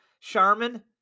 Charmin